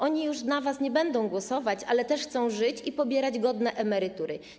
Oni już na was nie będą głosować, ale też chcą żyć i pobierać godne emerytury.